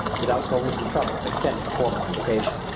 without going to the trouble of extending a formal invitation.